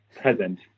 present